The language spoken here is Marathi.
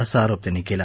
असा आरोप त्यांनी केला